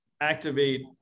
activate